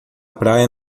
praia